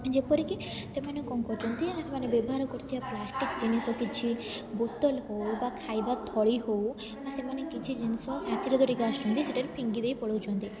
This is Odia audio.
ଯେପରିକି ସେମାନେ କଣ କରୁଛନ୍ତି ନା ସେମାନେ ବ୍ୟବହାର କରୁଥିବା ପ୍ଲାଷ୍ଟିକ୍ ଜିନିଷ କିଛି ବୋତଲ ହେଉ ବା ଖାଇବା ଥଳି ହେଉ ବା ସେମାନେ କିଛି ଜିନିଷ ରାତିରେ ଧରିକି ଆସୁଛନ୍ତି ସେଠାରେ ଫିଙ୍ଗି ଦେଇ ପଳଉଛନ୍ତି